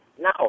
No